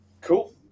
Cool